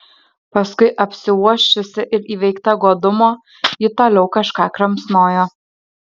paskui apsiuosčiusi ir įveikta godumo ji toliau kažką kramsnojo